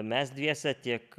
mes dviese tiek